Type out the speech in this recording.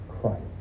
Christ